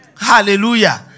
Hallelujah